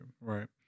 right